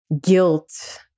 guilt